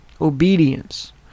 Obedience